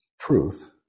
truth